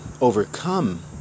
overcome